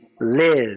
live